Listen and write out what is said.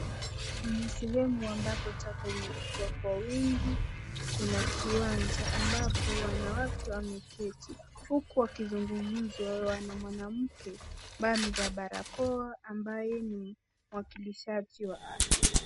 Kwenye sehemu ambapo taka imetupwa kwa wingi, Kuna kiwanja ambapo wanawake wameketi huku wakizungumza na mwanamke ambaye amevaa barakoa, ambaye ni mwakilishaji wa afya.